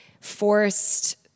forced